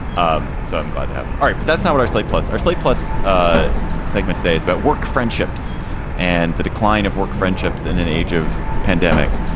ah so i'm glad to have it. all right. but that's not what our slate plus our slate plus ah segment today is about work, friendships and the decline of work friendships in an age of pandemic.